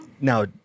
Now—